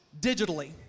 digitally